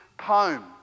home